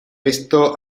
esto